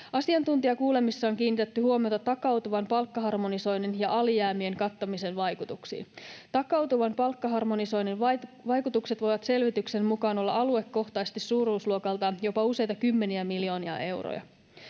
Asiantuntijakuulemisessa on kiinnitetty huomiota takautuvan palkkaharmonisoinnin ja alijäämien kattamisen vaikutuksiin. Takautuvan palkkaharmonisoinnin vaikutukset voivat selvityksen mukaan olla aluekohtaisesti suuruusluokaltaan jopa useita kymmeniä miljoonia euroja.